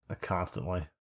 constantly